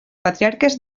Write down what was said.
patriarques